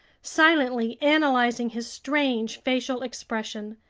silently analyzing his strange facial expression.